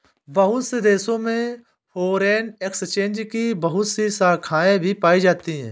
बहुत से देशों में फ़ोरेन एक्सचेंज की बहुत सी शाखायें भी पाई जाती हैं